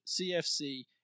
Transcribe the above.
CFC